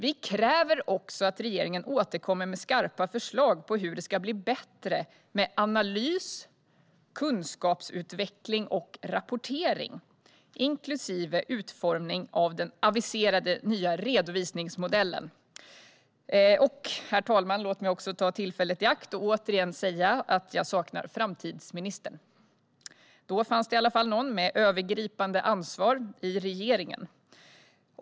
Vi kräver också att regeringen återkommer med skarpa förslag på hur det ska bli bättre med analys, kunskapsutveckling och rapportering, inklusive utformningen av den aviserade nya redovisningsmodellen. Herr talman! Låt mig också ta tillfället i akt och åter säga att jag saknar framtidsministern. Då fanns det i alla fall någon med övergripande ansvar i regeringen.